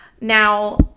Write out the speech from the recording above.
Now